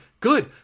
Good